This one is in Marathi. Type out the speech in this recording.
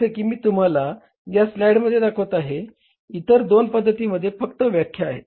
जसे की मी तुम्हाला या स्लाइडमध्ये दाखवत आहे इतर दोन पद्धतीमध्ये फक्त व्याख्या आहेत